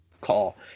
call